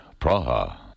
Praha